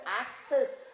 access